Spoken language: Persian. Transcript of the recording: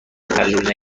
تجربه